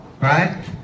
right